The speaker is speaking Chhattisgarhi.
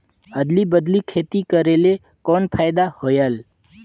अदली बदली खेती करेले कौन फायदा होयल?